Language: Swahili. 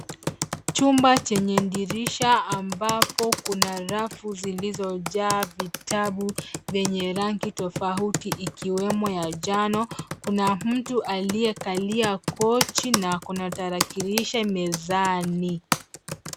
Chumba chenye dirisha ambapo kuna rafu zilizojaa vitabu vyenye rangi tofauti, ikiwemo ya njano. Kuna mtu aliyekalia kochi na ako na tarakilishi mezani.